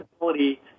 ability